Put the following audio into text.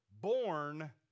born